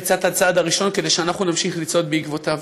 יצעד את הצעד הראשון כדי שאנחנו נמשיך לצעוד בעקבותיו.